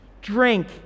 drink